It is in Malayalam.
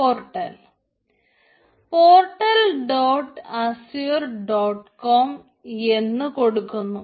portal portal dot azure dot com എന്ന് കൊടുക്കുന്നു